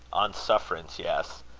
on sufferance, yes.